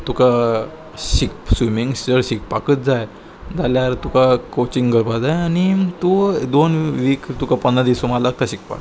तुका शिक स्विमींग जर शिकपाकच जाय जाल्यार तुका कोचिंग करपा जाय आनी तूं दोन वीक तुका पंदरा दिसां मागीर शिकपाक जाय